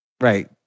Right